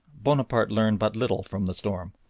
bonaparte learned but little from the storm.